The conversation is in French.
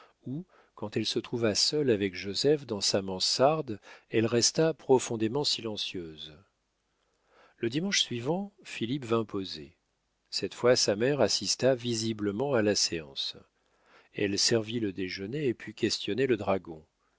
où quand elle se trouva seule avec joseph dans sa mansarde elle resta profondément silencieuse le dimanche suivant philippe vint poser cette fois sa mère assista visiblement à la séance elle servit le déjeuner et put questionner le dragon